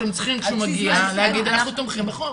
כשהוא מגיע אתם צריכים להגיד: אנחנו תומכים בחוק.